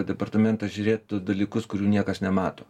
departamentas žiūrėtų dalykus kurių niekas nemato